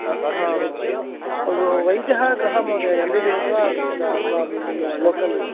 हां महोदय वैद्यः कः महोदय एम् बि बि एस् वा तत् अथवा लोकल्